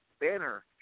banner